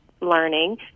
learning